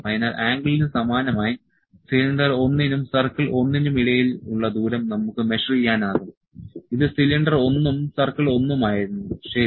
അതിനാൽ ആംഗിളിന് സമാനമായി സിലിണ്ടർ 1 നും സർക്കിൾ 1 നും ഇടയിലുള്ള ദൂരം നമുക്ക് മെഷർ ചെയ്യാനാകും ഇത് സിലിണ്ടർ 1 ഉം സർക്കിൾ 1 ഉം ആയിരുന്നു ശരി